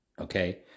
okay